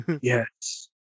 Yes